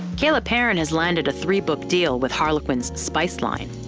kayla perrin has landed a three book deal with harlequin's spice line,